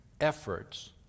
efforts